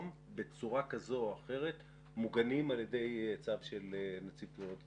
בצורה כזו מוגנים על ידי צו של נציב תלונות הציבור.